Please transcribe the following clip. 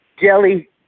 Jelly